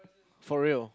for real